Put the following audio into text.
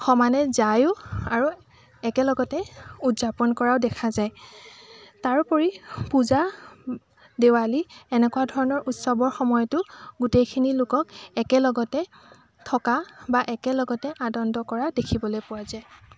সমানে যাইও আৰু একেলগতে উদযাপন কৰাও দেখা যায় তাৰোপৰি পূজা দেৱালী এনেকুৱা ধৰণৰ উৎসৱৰ সময়তো গোটেইখিনি লোকক একেলগতে থকা বা একেলগতে আনন্দ কৰা দেখিবলৈ পোৱা যায়